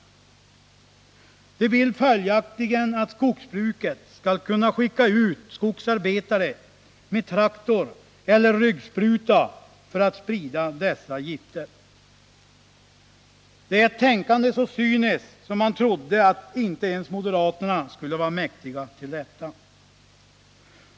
Moderaterna vill följaktligen att man i skogsbruket skall skicka ut skogsarbetare med traktor eller ryggspruta för att sprida dessa gifter. Det är ett tänkande så cyniskt att man trodde att inte ens moderaterna skulle vara mäktiga det.